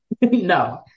No